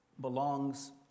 belongs